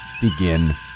begin